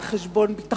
על חשבון ביטחון,